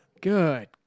Good